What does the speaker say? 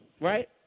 right